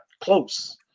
close